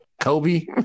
Kobe